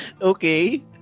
Okay